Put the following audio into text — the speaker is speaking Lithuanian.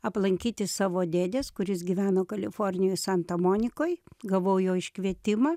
aplankyti savo dėdės kuris gyveno kalifornijoj santa monikoj gavau jo iškvietimą